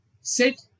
Sit